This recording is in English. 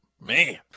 man